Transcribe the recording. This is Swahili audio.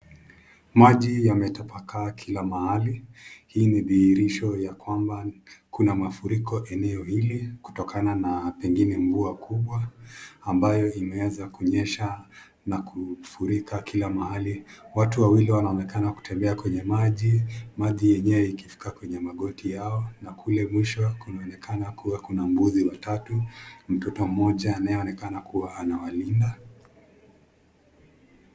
Maji yametapakaa kila mahali. Hii ni dhihirisho ya kwamba kuna mafuriko eneo hili kutokana na pengine mvua kubwa ambayo imeweza kunyesha na kufurika kila mahali. Watu wawili wanaonekana kutembea kwenye maji, maji yenyewe ikifika kwenye magoti yao, na kule mwisho kunaonekana kuwa kuna mbuzi watatu, mtoto mmoja anayeonekana kuwa anawalinda.